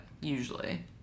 Usually